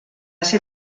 ser